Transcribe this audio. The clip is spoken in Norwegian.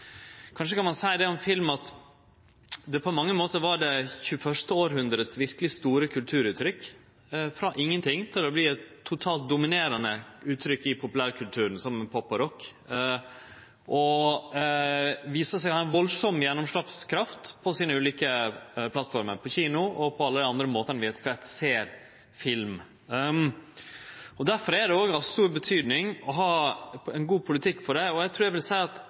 Kanskje kan ein om film seie at det på mange måtar var det 21. hundreåret sitt verkeleg store kulturuttrykk. Det gjekk frå å vere ingenting til å verte eit totalt dominerande uttrykk i populærkulturen, saman med pop og rock, og viste seg å ha ei stor gjennomslagskraft på sine ulike plattformer: kino og alle dei andre måtane som vi etter kvart ser film på. Difor er det òg av stor betyding å ha ein god politikk på dette området, og eg vil seie at